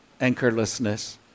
anchorlessness